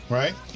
right